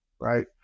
right